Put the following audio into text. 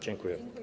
Dziękuję.